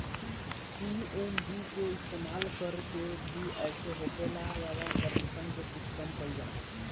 CNG के इस्तमाल कर के भी एसे होखे वाला प्रदुषण के कुछ कम कईल जाला